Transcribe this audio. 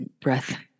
Breath